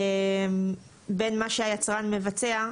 בין מה שהיצרן מבצע,